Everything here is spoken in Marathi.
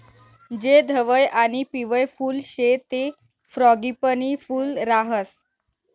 जे धवयं आणि पिवयं फुल शे ते फ्रॉगीपनी फूल राहास